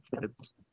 kids